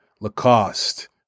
Lacoste